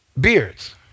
Beards